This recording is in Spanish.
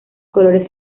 colores